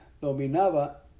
dominaba